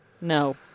no